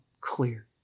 clear